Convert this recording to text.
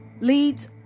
leads